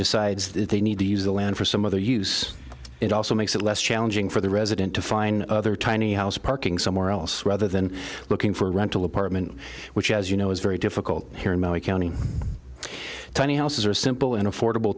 decides that they need to use the land for some other use it also makes it less challenging for the resident to find other tiny house parking somewhere else rather than looking for rental apartment which as you know is very difficult here in my county tiny houses are simple and affordable